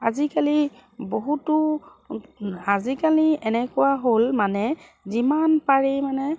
আজিকালি বহুতো আজিকালি এনেকুৱা হ'ল মানে যিমান পাৰি মানে